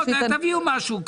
תביאו משהו,